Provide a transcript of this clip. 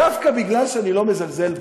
דווקא בגלל שאני לא מזלזל בו,